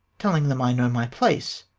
telling them i know my place,